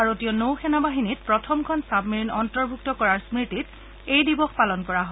ভাৰতীয় নৌ সেনাবাহিনীত প্ৰথমখন চাবমেৰিন অন্তৰ্ভুক্ত কৰাৰ স্মৃতিত এই দিৱস পালন কৰা হয়